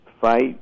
fight